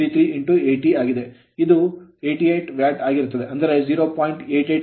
ಇದು 88 ವ್ಯಾಟ್ ಆಗಿರುತ್ತದೆ ಅಂದರೆ 0